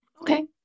Okay